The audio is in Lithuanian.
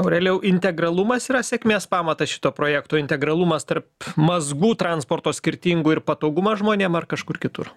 aurelijau integralumas yra sėkmės pamatas šito projekto integralumas tarp mazgų transporto skirtingų ir patogumą žmonėms ar kažkur kitur